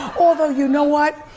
although, you know what?